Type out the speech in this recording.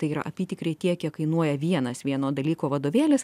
tai yra apytikriai tiek kiek kainuoja vienas vieno dalyko vadovėlis